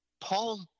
Paul